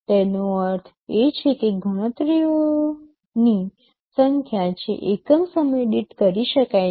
તેનો અર્થ એ છે કે ગણતરીઓની સંખ્યા જે એકમ સમય દીઠ કરી શકાય છે